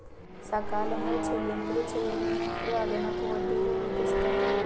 సకాలంలో చెల్లింపులు చేయలేనప్పుడు అదనపు వడ్డీలు విధిస్తారు